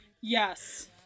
Yes